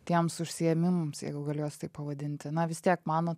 tiems užsiėmimams jeigu gali juos taip pavadinti na vis tiek man